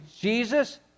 Jesus